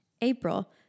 April